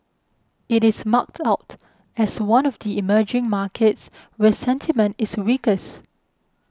it is marked out as one of the emerging markets where sentiment is weakest